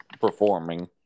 performing